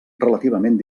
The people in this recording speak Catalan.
relativament